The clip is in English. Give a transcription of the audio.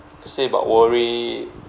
say about worry